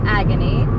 agony